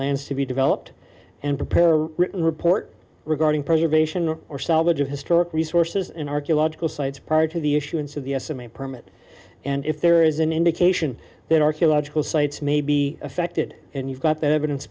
lands to be developed and prepare a written report regarding preservation or salvage of historic resources in archaeological sites prior to the issuance of the estimate permit and if there is an indication that archaeological sites may be affected and you've got that evidence